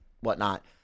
whatnot